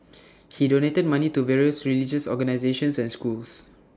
he donated money to various religious organisations and schools